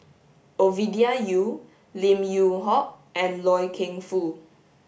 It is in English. Ovidia Yu Lim Yew Hock and Loy Keng Foo